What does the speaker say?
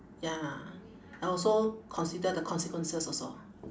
ya I also consider the consequences also